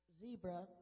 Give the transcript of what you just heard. zebra